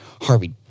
Harvey